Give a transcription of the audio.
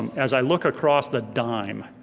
and as i look across the dime,